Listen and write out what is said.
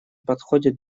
подходит